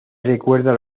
recuerda